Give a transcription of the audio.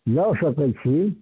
लऽ सकै छी